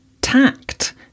tact